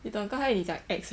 你懂刚才你讲 ex